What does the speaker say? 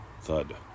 Thud